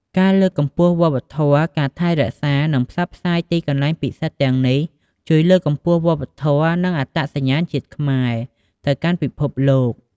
ការលើកកម្ពស់វប្បធម៌ ការថែរក្សា និងផ្សព្វផ្សាយទីកន្លែងពិសិដ្ឋទាំងនេះ ជួយលើកកម្ពស់ វប្បធម៌ និងអត្តសញ្ញាណជាតិខ្មែរ ទៅកាន់ពិភពលោក។